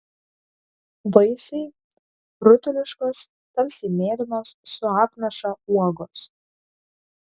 vaisiai rutuliškos tamsiai mėlynos su apnaša uogos